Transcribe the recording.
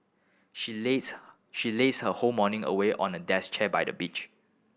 she lazed she lazed her whole morning away on a desk chair by the beach